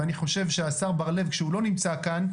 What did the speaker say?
ואני חושב שהשר בר לב כשהוא לא נמצא כאן,